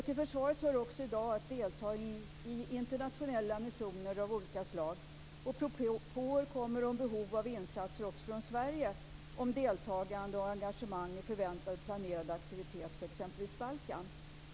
Till försvaret hör i dag också att delta i internationella missioner av olika slag, och propåer kommer om behov av insatser också från Sverige med deltagande och engagemang i förväntad och planerad aktivitet på exempelvis Balkan.